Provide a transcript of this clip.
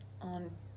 on